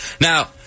Now